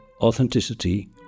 authenticity